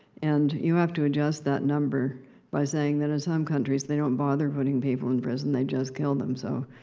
and, you have to adjust that number by saying that in some countries, they don't bother putting people in prison they just kill them. so,